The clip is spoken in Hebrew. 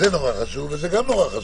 שזה נורא חשוב וגם זה נורא חשוב.